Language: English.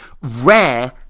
Rare